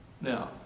now